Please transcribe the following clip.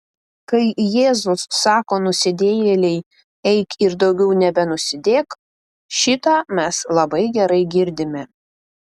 kai jėzus sako nusidėjėlei eik ir daugiau nebenusidėk šitą mes labai gerai girdime